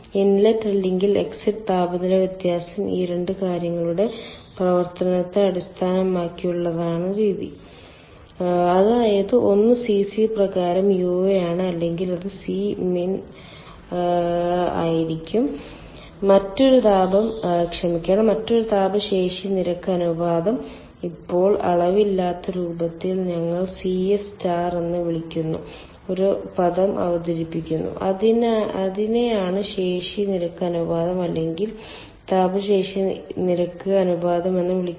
inlet അല്ലെങ്കിൽ exit താപനില വ്യത്യാസം ഈ 2 കാര്യങ്ങളുടെ പ്രവർത്തനത്തെ അടിസ്ഥാനമാക്കിയുള്ളതാണ് രീതി അതായത് ഒന്ന് Cc പ്രകാരം UA ആണ് അല്ലെങ്കിൽ അത് C min ആയിരിക്കാം മറ്റൊന്ന് താപം ക്ഷമിക്കണം മറ്റൊന്ന് താപ ശേഷി നിരക്ക് അനുപാതം ഇപ്പോൾ അളവില്ലാത്ത രൂപത്തിൽ ഞങ്ങൾ Cs സ്റ്റാർ എന്ന് വിളിക്കുന്ന ഒരു പദം അവതരിപ്പിക്കുന്നു അതിനെയാണ് ശേഷി നിരക്ക് അനുപാതം അല്ലെങ്കിൽ താപ ശേഷി നിരക്ക് അനുപാതം എന്ന് വിളിക്കുന്നത്